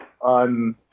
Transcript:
on